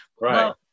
Right